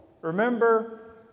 Remember